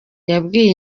yabwiye